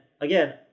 again